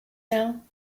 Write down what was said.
now